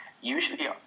usually